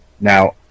Now